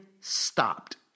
stopped